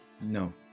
No